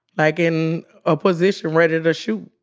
like in a position ready to shoot.